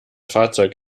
fahrzeug